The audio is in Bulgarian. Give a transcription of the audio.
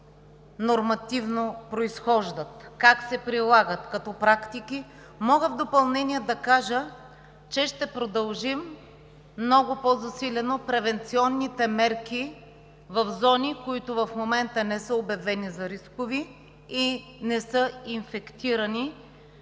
какво нормативно основание произхождат, как се прилагат като практики мога в допълнение на кажа, че ще продължим много по-засилено превенционните мерки в зони, които в момента не са обявени за рискови и не са инфектирани